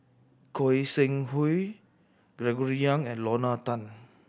Goi Seng Hui Gregory Yong and Lorna Tan